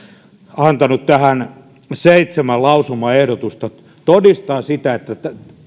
antanut tähän seitsemän lausumaehdotusta todistaa sitä että